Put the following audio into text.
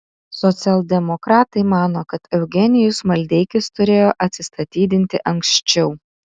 socialdemokratai mano kad eugenijus maldeikis turėjo atsistatydinti anksčiau